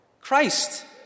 Christ